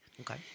Okay